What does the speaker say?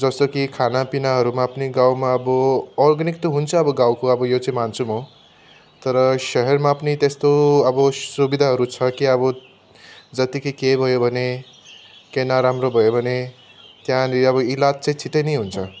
जस्तो कि खानापिनाहरूमा पनि गाउँमा अब अर्ग्यानिक त हुन्छ अब गाउँको अब यो चाहिँ मान्छु म तर सहरमा पनि त्यस्तो अब सुविधाहरू छ कि अब जत्तिकै के भयो भने के नराम्रो भयो भने त्यहाँनिर अब इलाज चाहिँ छिट्टै नै हुन्छ